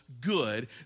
good